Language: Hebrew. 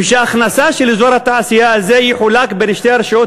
וההכנסה של אזור התעשייה הזה תחולק בין שתי הרשויות